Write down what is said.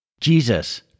Jesus